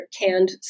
canned